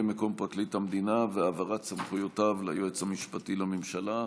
מקום פרקליט המדינה והעברת סמכויותיו ליועץ המשפטי לממשלה.